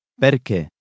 perché